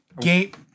Gate